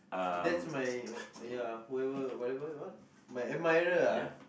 that's my whoever whatever my admirer lah